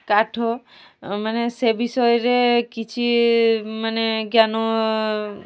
କାଠ ମାନେ ସେ ବିଷୟରେ କିଛି ମାନେ ଜ୍ଞାନ